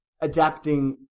adapting